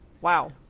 Wow